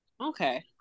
okay